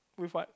with what